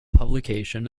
publication